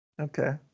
okay